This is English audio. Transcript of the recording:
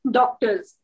doctors